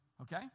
okay